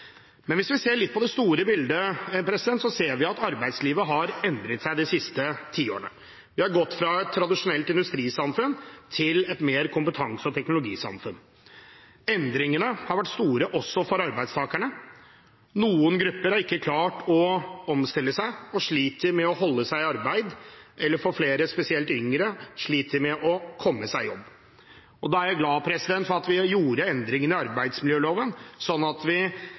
Men hvis vi ser litt på det store bildet, ser vi at arbeidslivet har endret seg de siste tiårene. Vi har gått fra et tradisjonelt industrisamfunn til et i større grad kompetanse- og teknologisamfunn. Endringene har vært store også for arbeidstakerne. Noen grupper har ikke klart å omstille seg og sliter med å holde seg i arbeid, og flere, spesielt yngre, sliter med å komme seg i jobb. Da er jeg glad for at vi gjorde endringene i arbeidsmiljøloven, slik at vi